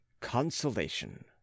consolation